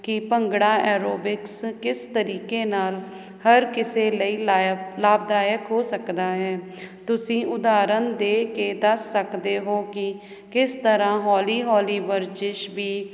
ਕਿ ਭੰਗੜਾ ਐਰੋਬਿਕਸ ਕਿਸ ਤਰੀਕੇ ਨਾਲ ਹਰ ਕਿਸੇ ਲਈ ਲਾਏ ਲਾਭਦਾਇਕ ਹੋ ਸਕਦਾ ਹੈ ਤੁਸੀਂ ਉਦਾਹਰਨ ਦੇ ਕੇ ਦੱਸ ਸਕਦੇ ਹੋ ਕਿ ਕਿਸ ਤਰ੍ਹਾਂ ਹੌਲੀ ਹੌਲੀ ਵਰਜਿਸ਼ ਵੀ